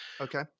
Okay